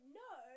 no